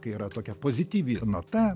kai yra tokia pozityvi nata